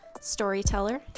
storyteller